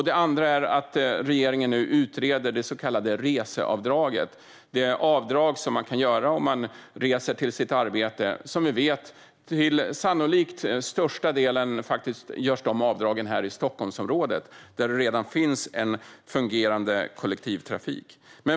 Det andra är att regeringen nu utreder det så kallade reseavdraget, det avdrag som man kan göra om man reser till sitt arbete. Som vi vet görs dessa avdrag sannolikt till största delen här i Stockholmsområdet, där det redan finns en fungerande kollektivtrafik.